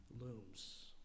looms